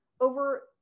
over